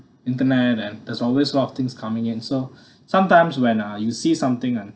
internet and there's always a lot of things coming in so sometimes when uh you see something and